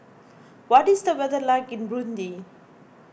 what is the weather like in Burundi